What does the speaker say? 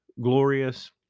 glorious